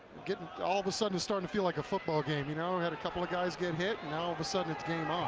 getting all of a sudden starting to feel like a football game, you know, had a couple of guys get hit, all of a sudden it's game on.